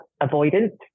avoidance